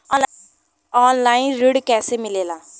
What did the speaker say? Online ऋण कैसे मिले ला?